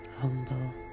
humble